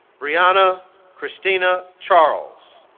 brianna khristina charles